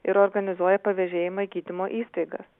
ir organizuoja pavėžėjimą į gydymo įstaigas